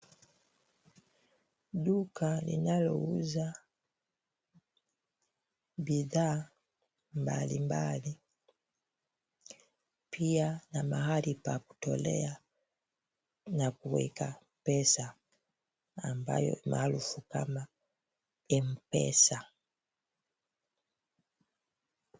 Duka linalouza bidhaa mbalimbali. Pia na mahali pa kutolea na kuweka pesa ambayo marufu kama Mpesa.